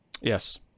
Yes